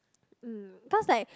mm cause like